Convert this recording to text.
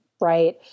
right